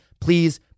please